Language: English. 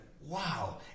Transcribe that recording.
wow